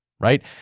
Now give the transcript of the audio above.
right